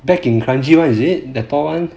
back in kranji [one] is it the tall [one[